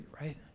right